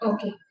Okay